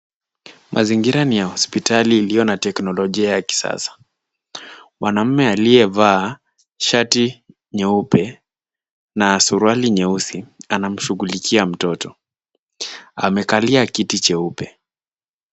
Mazingira ni ya hospitali iliyo na teknolojia ya kisasa. Mwanaume aliyevaa shati nyeupe na suruali nyeusi anamshughulikia mtoto. Amekalia kiti cheupe.